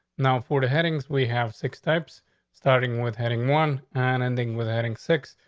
now, for the headings we have six types starting with heading one and ending with adding six.